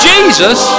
Jesus